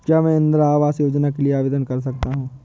क्या मैं इंदिरा आवास योजना के लिए आवेदन कर सकता हूँ?